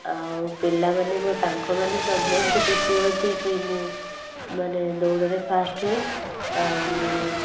ଆଉ ପିଲାମାନେ ମୋ ସାଙ୍ଗମାନେ ସମସ୍ତେ ଖୁସି ହୁଅନ୍ତି କି ମୁଁ ମାନେ ଦୌଡ଼ରେ ଫାଷ୍ଟ ହୁଏ ଆଉ